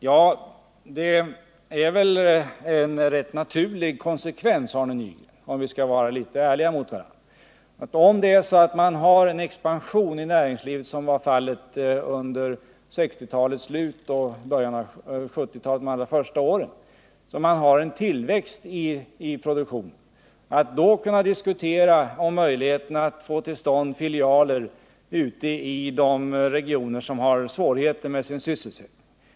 Ja, Arne Nygren, det är väl en naturlig konsekvens om vi skall vara litet ärliga mot varandra. Om man har en expansion i näringslivet av det slag som vi hade under 1960-talet och under de allra första åren på 1970-talet och om man har en tillväxt i produktionen kan man naturligtvis diskutera att förlägga filialer till regioner som har svårigheter med sin sysselsättning.